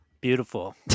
Beautiful